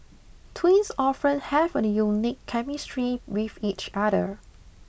twins often have a unique chemistry with each other